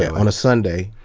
yeah on a sunday.